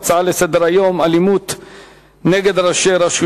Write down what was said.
להצעות לסדר-היום מס' 2047,